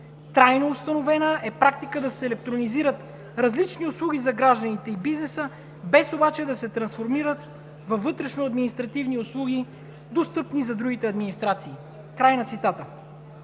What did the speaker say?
Трайно установена е практиката да се електронизират различни услуги за гражданите и бизнеса без обаче да се трансформират във вътрешноадминистративни услуги, достъпни за другите администрации.“ Вместо това